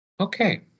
Okay